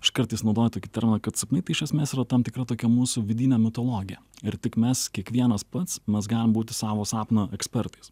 aš kartais naudoju tokį terminą kad sapnai tai iš esmės yra tam tikra tokia mūsų vidinė mitologija ir tik mes kiekvienas pats mes galim būti savo sapno ekspertais